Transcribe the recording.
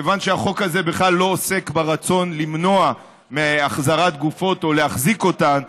כיוון שהחוק הזה בכלל לא עוסק ברצון למנוע החזרת גופות או להחזיק אותן,